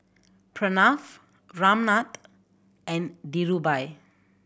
Pranav Ramnath and Dhirubhai